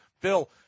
Bill